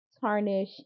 tarnish